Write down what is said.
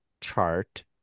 chart